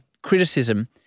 Criticism